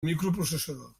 microprocessador